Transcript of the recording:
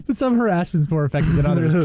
but some harassment's more effective than others.